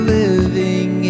living